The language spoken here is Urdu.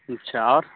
اچھا اور